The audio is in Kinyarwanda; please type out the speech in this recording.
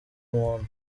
umuntu